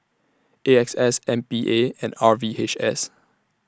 A X S M P A and R V H S